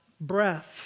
breath